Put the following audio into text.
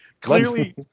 Clearly